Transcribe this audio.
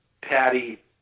Patty